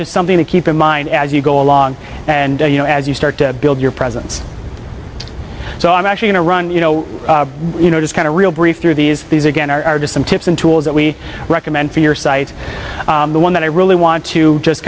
just something to keep in mind as you go along and you know as you start to build your presence so i'm actually in a run you know you know just kind of real brief through these these again are just some tips and tools that we recommend for your site the one that i really want to just